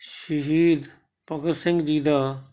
ਸ਼ਹੀਦ ਭਗਤ ਸਿੰਘ ਜੀ ਦਾ